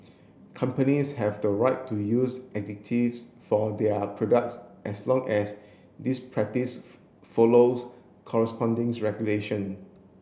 companies have the right to use additives for their products as long as this practice follows correspondings regulation